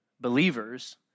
believers